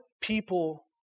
people